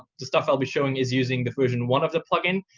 the stuff i'll be showing is using the version one of the plugin.